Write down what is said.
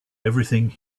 everything